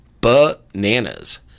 bananas